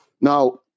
Now